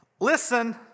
Listen